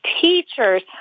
teachers